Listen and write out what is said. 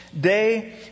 day